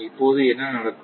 இப்போது என்ன நடக்கும்